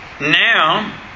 Now